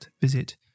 visit